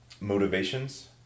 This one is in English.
motivations